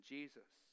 Jesus